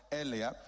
earlier